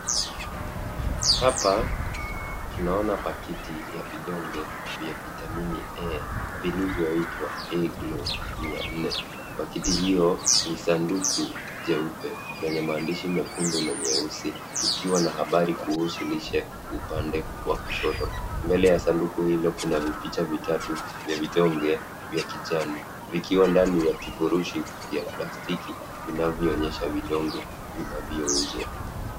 Hapa tunaona pakiti ya vidonge vya vitamini A vilivyoitwa Eglow mia nne. Pakiti hiyo ni sanduku jeupe lenye maandishi nyekundu na nyeusi ikiwa na habari kuhusu lishe upande wa kushoto. Mbele ya sanduku hilo kuna vipicha vitatu vya vidonge vya kijani vikiwa ndani ya kifurushi ya plastiki vinavyoonyesha vidonge vinavyouzwa.